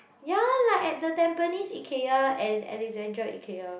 ya like at the Tampines Ikea and Alexandra Ikea